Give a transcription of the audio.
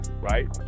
right